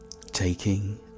taking